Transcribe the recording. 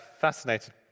fascinated